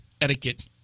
etiquette